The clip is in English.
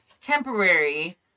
temporary